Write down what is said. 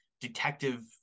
detective